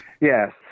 Yes